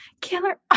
Killer